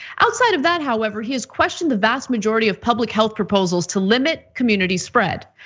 outside of that, however, he has questioned the vast majority of public health proposals to limit community spread.